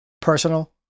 personal